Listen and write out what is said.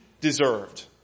deserved